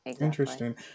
Interesting